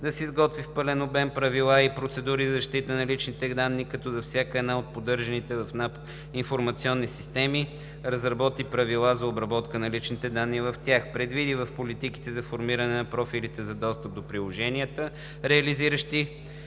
да се изготвят в пълен обем правила и процедури за защита на личните данни, като всяка една от подържаните в НАП информационни системи разработи правила за обработка на личните данни в тях; да се предвидят в политиките за формиране на профилите за достъп до приложенията, реализиращи